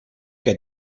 que